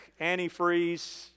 antifreeze